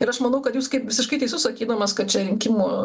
ir aš manau kad jūs kaip visiškai teisus sakydamas kad čia rinkimų